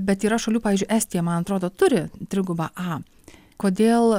bet yra šalių pavyzdžiui estija man atrodo turi trigubą a kodėl